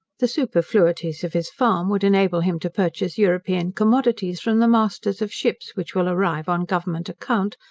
the superfluities of his farm would enable him to purchase european commodities from the masters of ships, which will arrive on government account,